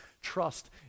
Trust